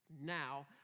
Now